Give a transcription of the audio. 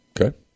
Okay